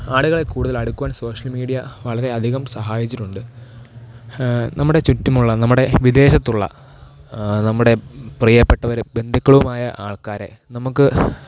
ആളുകളെ കൂടുതൽ അടുക്കുവാൻ സോഷ്യൽ മീഡിയ വളരെ അധികം സഹായിച്ചിട്ടുണ്ട് നമ്മുടെ ചുറ്റുമുള്ള നമ്മുടെ വിദേശത്തുള്ള നമ്മുടെ പ്രിയപ്പെട്ടവരും ബന്ധുക്കളുമായ ആൾക്കാരെ നമുക്ക്